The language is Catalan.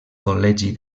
col·legi